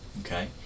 okay